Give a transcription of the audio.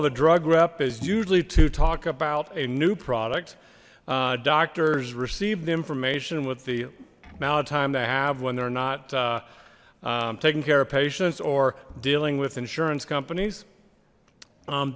of a drug rep is usually to talk about a new product doctors receive the information with the amount of time they have when they're not taking care of patients or dealing with insurance companies